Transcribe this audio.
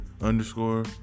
Underscore